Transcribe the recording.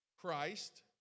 Christ